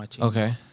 okay